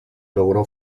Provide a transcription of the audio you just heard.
logró